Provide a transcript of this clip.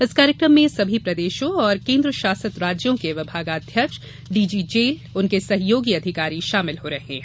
इस कार्यक्रम में सभी प्रदेशों एवं केन्द्र शासित राज्यों के विभागाध्यक्ष डीजी जेल उनके सहयोगी अधिकारी शामिल हो रहे हैं